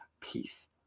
Peace